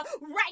right